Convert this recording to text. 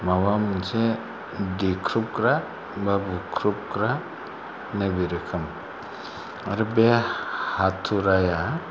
माबा मोनसे दिख्रुबग्रा बा बुख्रुबग्रा नैबे रोखोम आरो बे हाथुराया